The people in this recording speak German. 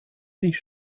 sich